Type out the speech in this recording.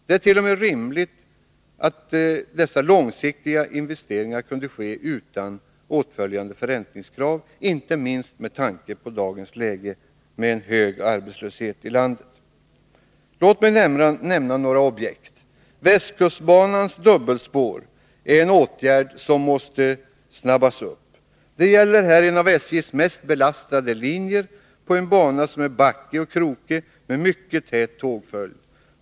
Det vore t.o.m. rimligt att dessa långsiktiga investeringar kunde ske utan åtföljande förräntningskrav — inte minst med tanke på dagens läge med en hög arbetslöshet i landet. Låt mig nämna några objekt. Byggandet av västkustbanans dubbelspår är någonting som måste snabbas upp. Det gäller här en av SJ:s mest belastade linjer på en bana som är backig och krokig med mycket tät tågföljd.